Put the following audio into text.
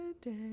today